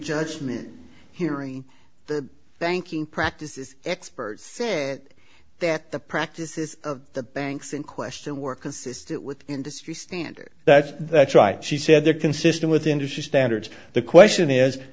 judgment hearing the banking practices experts say that the practices of the banks in question were consistent with industry standard that's that's right she said they're consistent with industry standards the question is